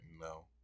no